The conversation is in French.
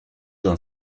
d’un